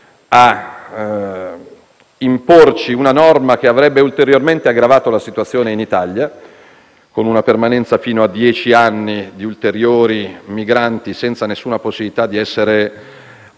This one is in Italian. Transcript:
a imporci una norma che avrebbe ulteriormente aggravato la situazione in Italia, con una permanenza fino a dieci anni di ulteriori migranti, senza alcuna possibilità di essere accolti